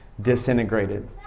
disintegrated